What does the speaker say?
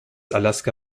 alaska